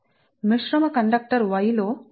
మిశ్రమ conductor y లో 2 conductors ఉన్నాయి